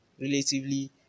relatively